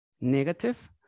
negative